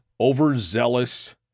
overzealous